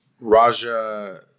Raja